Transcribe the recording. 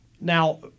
Now